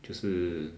就是